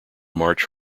march